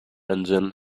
engine